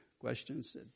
questions